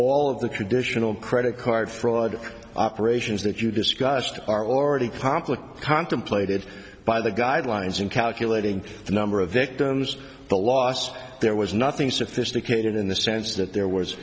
all of the traditional credit card fraud operations that you discussed are already promptly contemplated by the guidelines in calculating the number of victims the loss there was nothing sophisticated in the sense that there was